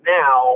now